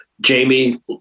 Jamie